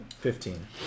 Fifteen